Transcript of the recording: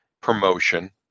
promotion